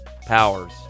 powers